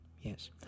Yes